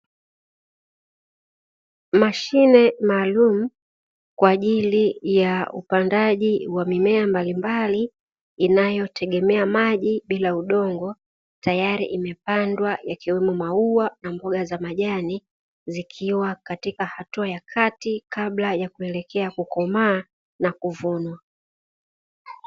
Mashine maalumu kwa ajili ya upandaji wa mimea mbalimbali inayotegemea maji bila udongo tayari imepandwa yakiwemo maua na mboga za majani zikiwa katika hatua ya kati kabla ya kuelekea kukomaa na kuvunwa.